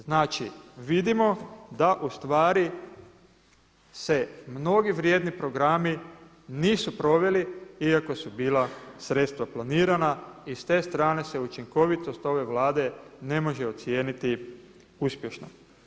Znači, vidimo da ustvari se mnogi vrijedni programi nisu proveli iako su bila sredstva planirana i s te strane se učinkovitost ove Vlade ne može ocijeniti uspješnom.